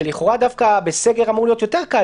כשלכאורה דווקא בסגר אמור להיות יותר קל